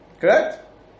Correct